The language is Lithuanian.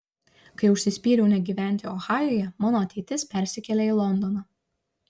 kai užsispyriau negyventi ohajuje mano ateitis persikėlė į londoną